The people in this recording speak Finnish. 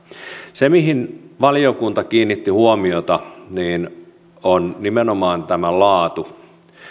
se mihin valiokunta kiinnitti huomiota on nimenomaan laatu